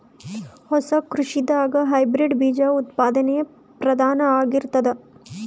ಹೊಸ ಕೃಷಿದಾಗ ಹೈಬ್ರಿಡ್ ಬೀಜ ಉತ್ಪಾದನೆ ಪ್ರಧಾನ ಆಗಿರತದ